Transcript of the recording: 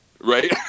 right